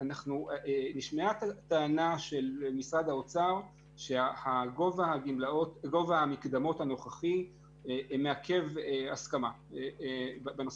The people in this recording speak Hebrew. נשמעה טענה של משרד האוצר שגובה המקדמות הנוכחי מעכב הסכמה בנושא.